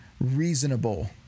reasonable